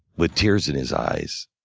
with tears in his eyes,